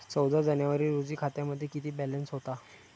चौदा जानेवारी रोजी खात्यामध्ये किती बॅलन्स होता?